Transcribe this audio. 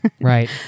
Right